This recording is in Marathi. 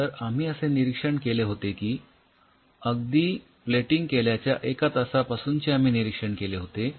तर आम्ही असे निरीक्षण केले होते की अगदी प्लेटिंग केल्याच्या एका तासापासूनचे निरीक्षण आम्ही केले होते